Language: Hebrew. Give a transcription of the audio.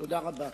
תודה רבה.